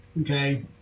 okay